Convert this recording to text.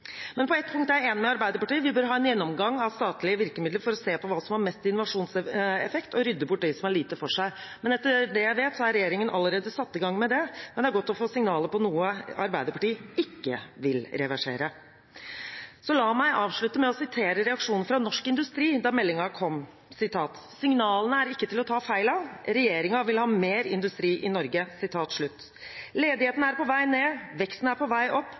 Men på ett punkt er jeg enig med Arbeiderpartiet. Vi bør ha en gjennomgang av statlige virkemidler for å se på hva som har størst innovasjonseffekt, og rydde bort dem som har lite for seg. Etter det jeg vet, har regjeringen allerede satt i gang med det, men det er godt å få signaler om noe Arbeiderpartiet ikke vil reversere. La meg avslutte med å sitere reaksjonen fra Norsk Industri da meldingen kom: «Signalene er ikke til å ta feil av: Regjeringen vil ha mer industri i Norge.» Ledigheten er på vei ned, veksten er på vei opp,